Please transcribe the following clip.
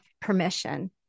permission